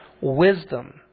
wisdom